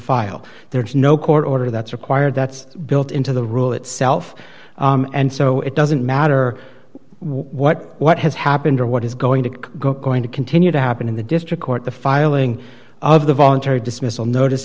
file there is no court order that's required that's built into the rule itself and so it doesn't matter what what has happened or what is going to going to continue to happen in the district court the filing of the voluntary dismissal notice